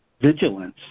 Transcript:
vigilance